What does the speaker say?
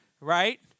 right